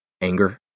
Anger